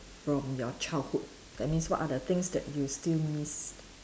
from your childhood that means what are the things that you still miss